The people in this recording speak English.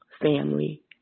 family